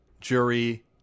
jury